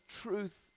truth